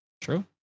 True